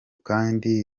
kandi